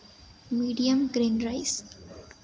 medium green rice